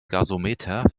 gasometer